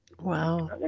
Wow